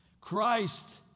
Christ